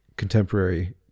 contemporary